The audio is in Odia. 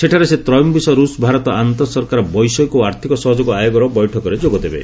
ସେଠାରେ ସେ ତ୍ରୟୋବିଂଶ ର୍ଷ ଭାରତ ଆନ୍ତଃ ସରକାର ବୈଷୟିକ ଓ ଆର୍ଥିକ ସହଯୋଗ ଆୟୋଗର ବୈଠକରେ ଯୋଗ ଦେବେ